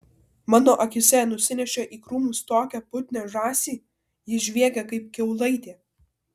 mano akyse nusinešė į krūmus tokią putnią žąsį ji žviegė kaip kiaulaitė